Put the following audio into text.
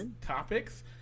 topics